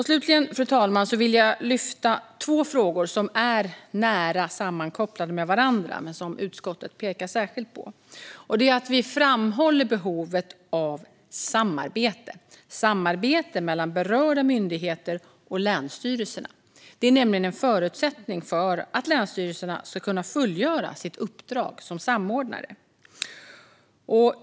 Slutligen, fru talman, vill jag ta upp två frågor som är nära sammankopplade med varandra och som utskottet pekar särskilt på. Vi framhåller behovet av samarbete mellan berörda myndigheter och länsstyrelserna. Detta är nämligen en förutsättning för att länsstyrelserna ska kunna fullgöra sitt uppdrag som samordnare.